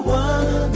one